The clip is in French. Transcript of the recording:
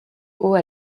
haut